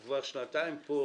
הוא כבר שנתיים פה,